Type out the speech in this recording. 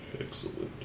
Excellent